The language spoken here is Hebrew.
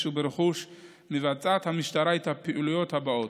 וברכוש מבצעת המשטרה את הפעילויות הבאות: